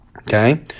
Okay